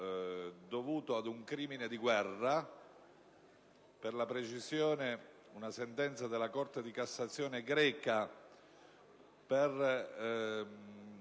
dovuto ad un crimine di guerra (per la precisione, una sentenza della Corte di cassazione greca per le